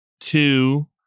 two